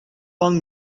man